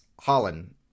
Holland